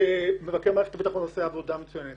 ושמבקר מערכת הביטחון עושה עבודה מצוינת